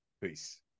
Peace